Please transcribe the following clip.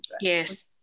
yes